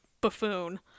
buffoon